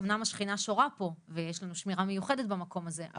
אומנם השכינה שורה פה ויש לנו שמירה מיוחדת במקום הזה,